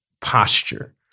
posture